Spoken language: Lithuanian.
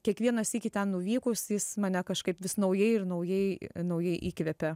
kiekvieną sykį ten nuvykus jis mane kažkaip vis naujai ir naujai naujai įkvepia